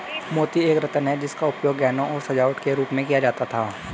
मोती एक रत्न है जिसका उपयोग गहनों और सजावट के रूप में किया जाता था